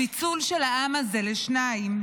הפיצול של העם הזה לשניים,